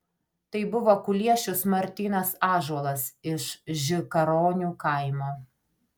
tai buvo kuliešius martynas ąžuolas iš žikaronių kaimo